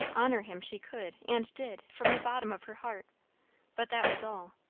honour him she could, and did, from the bottom of her heart but that was all.